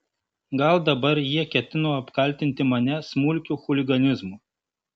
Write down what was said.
gal dabar jie ketino apkaltinti mane smulkiu chuliganizmu